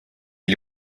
est